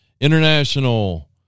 International